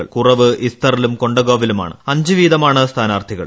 കൂടുതൽ കുറവ് ഇസ്തറിലും കൊണ്ടഗാവിലുമാണ് അഞ്ചു വീതമാണ് സ്ഥാനാർത്ഥികൾ